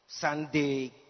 Sunday